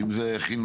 אם זה חינוך,